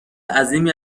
عظیمی